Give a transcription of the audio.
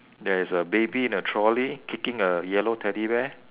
there is a baby in a trolley kicking a yellow teddy bear